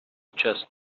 chest